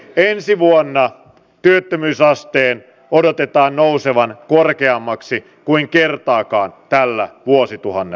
ensi vuonna työttömyysasteen odotetaan nousevan korkeammaksi kuin kertaakaan tällä vuosituhannella